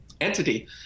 entity